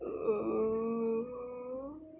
oo